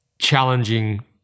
challenging